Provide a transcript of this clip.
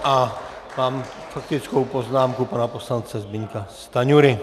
A mám faktickou poznámku pana poslance Zbyňka Stanjury.